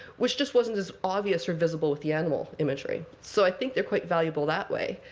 which just wasn't as obvious or visible with the animal imagery. so i think they're quite valuable that way.